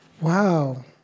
Wow